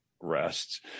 rests